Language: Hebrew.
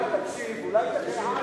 אולי תקשיב, אולי תקשיב?